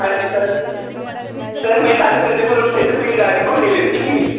आं जी sir sir कल्ल में तुंदे कोला टिड्ढ पीड़ आह्ली गोली लैती ही